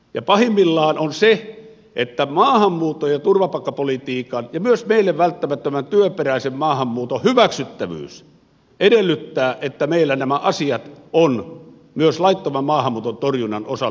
ja maahanmuutto ja turvapaikkapolitiikan ja myös meille välttämättömän työperäisen maahanmuuton hyväksyttävyys edellyttää että meillä nämä asiat ovat myös laittoman maahanmuuton torjunnan osalta kunnossa